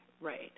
right